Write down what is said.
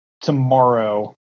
tomorrow